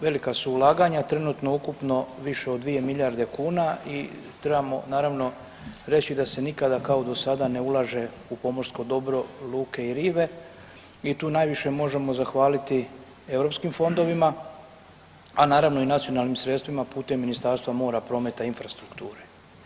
Velika su ulaganja, trenutno ukupno više od 2 milijarde kuna i trebamo naravno reći da se nikada kao do sada ne ulaže u pomorsko dobro luke i rive i tu najviše možemo zahvaliti europskim fondovima, a naravno i nacionalnim sredstvima putem Ministarstva mora, prometa i infrastrukture.